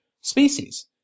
species